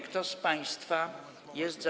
Kto z państwa jest za.